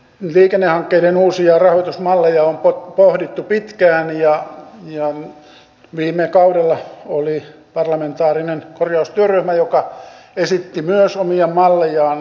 liikennehankkeiden uusia rahoitusmalleja on pohdittu pitkään ja viime kaudella oli parlamentaarinen korjaustyöryhmä joka myös esitti omia mallejaan